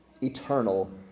eternal